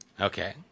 Okay